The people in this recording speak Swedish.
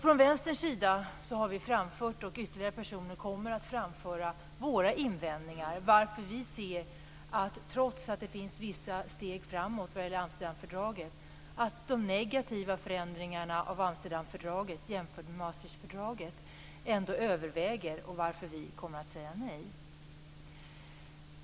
Från Vänsterns sida har vi framfört våra invändningar, och ytterligare personer kommer att framföra dem. Trots att man i Amsterdamfördraget tar vissa steg framåt menar vi ändå att de negativa förändringarna i Amsterdamfördraget överväger i förhållande till Maastrichtfördraget, och därför kommer vi att säga nej.